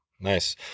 Nice